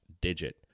digit